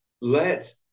Let